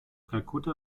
kalkutta